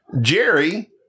Jerry